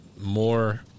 more